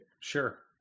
Sure